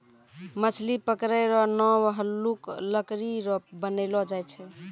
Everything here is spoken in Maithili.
मछली पकड़ै रो नांव हल्लुक लकड़ी रो बनैलो जाय छै